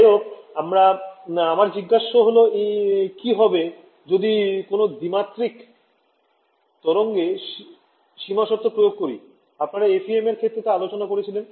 যাইহোক আমার জিগ্যাস্য হল কি হবে যদি কোন দিমাত্রিক তরঙ্গে সীমা শর্ত প্রয়োগ করি আপনারা FEM এর ক্ষেত্রে তা আলচনা করেছিলেন